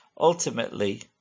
Ultimately